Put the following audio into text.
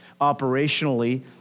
operationally